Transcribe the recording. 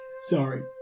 Sorry